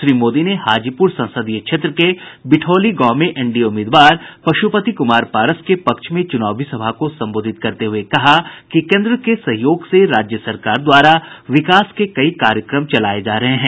श्री मोदी ने हाजीपुर संसदीय क्षेत्र के बिठौली गांव में एनडीए उम्मीदवार पशुपति कुमार पारस के पक्ष में चुनावी सभा को संबोधित करते हुए कहा कि केन्द्र के सहयोग से राज्य सरकार द्वारा विकास के कई कार्यक्रम चलाये जा रहे हैं